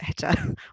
better